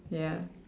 ya